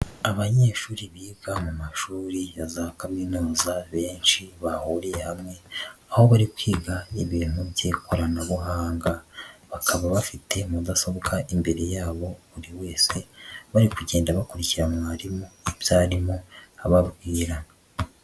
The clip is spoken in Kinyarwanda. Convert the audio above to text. Abanyeshuri biga mu mashuri ya za Kaminuza benshi bahuriye hamwe, aho bari kwiga ibintu by'ikoranabuhanga, bakaba bafite mudasobwa imbere yabo buri wese, bari kugenda bakurikira mwarimu ibya arimo ababwira.